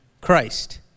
Christ